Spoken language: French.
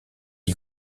est